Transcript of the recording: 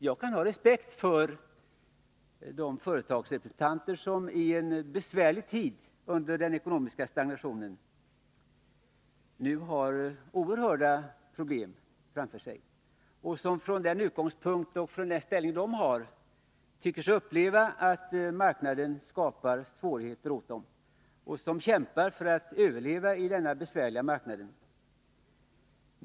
Jag kan ha respekt för de företagsrepresentanter som i en besvärlig tid, under den ekonomiska stagnationen, har oerhörda problem framför sig och från den utgångspunkt och den ställning de har tycker sig uppleva att marknaden skapar svårigheter åt dem och kämpar för att överleva i denna besvärliga marknad.